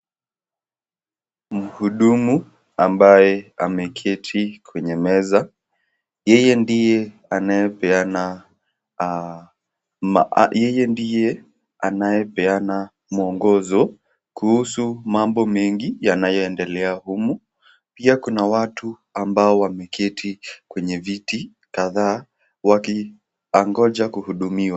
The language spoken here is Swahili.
Muhudumu ambaye ameketi kwenye meza, yeye ndiye anayepeana muongozo kuhusu mambo mengi yanayoendelea umu, pia kuna watu ambao wameketi kwenye viti kadhaa waki angoja kuhudumiwa.